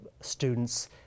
students